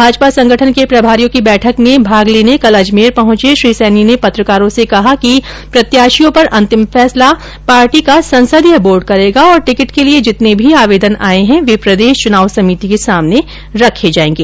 भाजपा संगठन के प्रभारियों की बैठक में भाग लेने कल अजमेर पहचे श्री सैनी ने पत्रकारों से बातचीत में कहा कि प्रत्याशियों पर अंतिम फैसला पार्टी का संसदीय बोर्ड करेगा और टिकिट के लिए जितने भी आवेदन आये है वे प्रदेश चुनाव समिति के सामने रखे जायेंगे